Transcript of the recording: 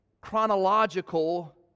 chronological